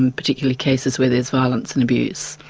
and particularly cases where there's violence and abuse.